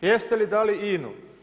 Jeste li dali INA-u?